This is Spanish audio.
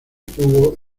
tuvo